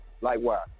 Likewise